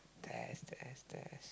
test test test